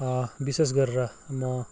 विशेष गरेर म